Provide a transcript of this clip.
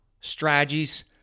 Strategies